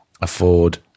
afford